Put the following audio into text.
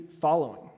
following